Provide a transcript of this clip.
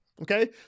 Okay